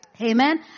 Amen